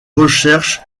recherches